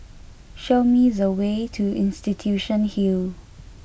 show me the way to Institution Hill